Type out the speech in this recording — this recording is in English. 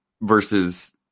versus